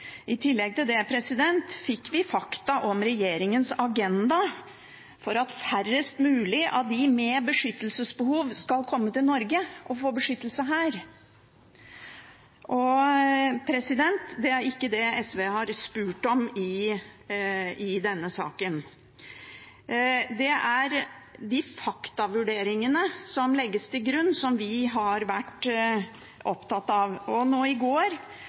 I tillegg til det fikk vi fakta om regjeringens agenda for at færrest mulig av dem med beskyttelsesbehov skal komme til Norge og få beskyttelse her. Det er ikke det SV har spurt om i denne saken. Det er de faktavurderingene som legges til grunn, vi har vært opptatt av. I går